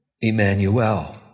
Emmanuel